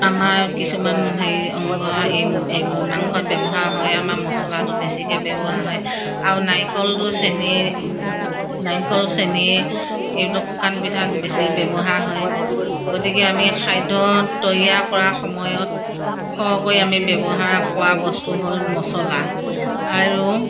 আমাৰ কিছুমান হেৰি অংগ হেৰি এই মাংসত ব্যৱহাৰ হয় আমাৰ মচলাটো বেছিকৈ ব্যৱহাৰ হয় আৰু নাৰিকলটো চেনি নাৰিকল চেনি এইবিলাক শুকান পিঠাত বেছি ব্যৱহাৰ হয় গতিকে আমি খাদ্য তৈয়াৰ কৰা সময়ত সৰহকৈ আমি ব্যৱহাৰ কৰা বস্তু হ'ল মছলা আৰু